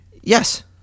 Yes